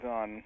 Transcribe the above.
on